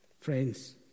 Friends